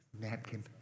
napkin